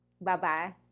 bye-bye